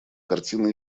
картина